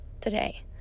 today